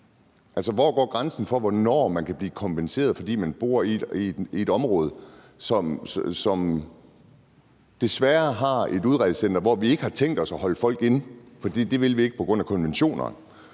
hvor går grænsen for, hvornår man kan blive kompenseret, fordi man bor i et område, som desværre har et udrejsecenter, hvor vi på grund af konventionerne